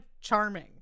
charming